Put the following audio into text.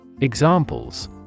Examples